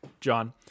John